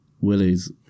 Willie's